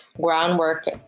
groundwork